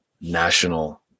national